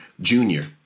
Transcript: junior